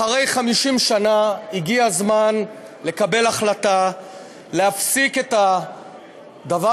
אחרי 50 שנה הגיע הזמן לקבל החלטה להפסיק את הדבר